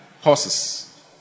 horses